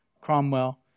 Cromwell